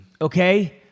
okay